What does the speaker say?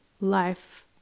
life